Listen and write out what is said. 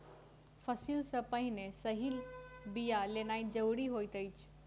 फसिल सॅ पहिने सही बिया लेनाइ ज़रूरी होइत अछि